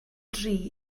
dri